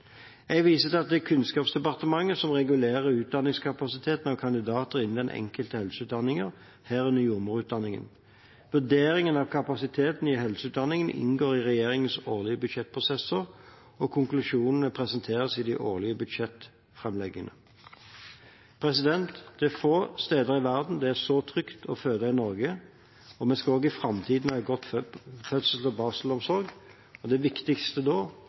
Jeg viser til at det er Kunnskapsdepartementet som regulerer utdanningskapasitet for kandidater innen den enkelte helseutdanningen, herunder jordmorutdanningen. Vurderingen av kapasiteten i helseutdanningen inngår i regjeringens årlige budsjettprosesser, og konklusjonene presenteres i de årlige budsjettframleggene. Det er få steder i verden det er så trygt å føde som i Norge, og vi skal også i framtiden ha god fødsels- og barselomsorg. Det viktigste nå er å styrke tilbudet i kommunene, og det